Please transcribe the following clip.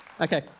Okay